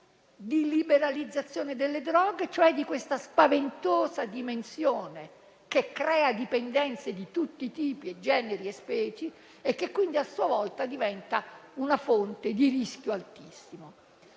di liberalizzazione delle droghe, cioè di questa spaventosa dimensione che crea dipendenze di tutti i tipi, generi e specie, che a sua volta diventa una fonte di rischio altissimo.